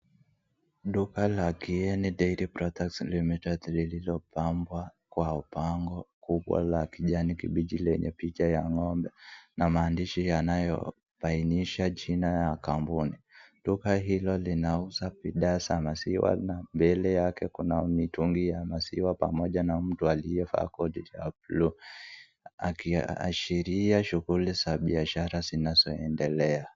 Duka la Kieni Dairy products limited lilipambwa kwa upambo kubwa la kijani kibichi lenye picha la ng'ombe na maandishi yanayo bainisha jina la kampuni. Duka hiyo linauza bidha za maziwa na mbele yake kuna mitungi ya maziwa pamoja na mtu aliyevaa koti la blue akiashiria shughuli za biashara zinazo endelea.